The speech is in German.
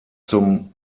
zum